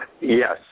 Yes